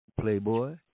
Playboy